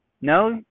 No